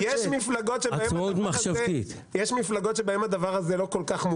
יש מפלגות שבהם הדבר הזה לא כל כך מובן,